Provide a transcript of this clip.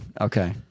Okay